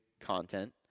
content